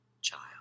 child